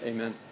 Amen